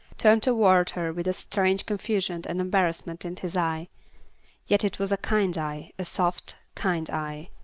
turned toward her with a strange confusion and embarrassment in his eye yet it was a kind eye a soft, kind eye.